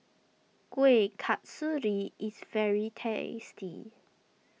Kuih Kasturi is very tasty